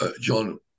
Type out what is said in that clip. John